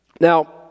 Now